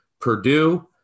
Purdue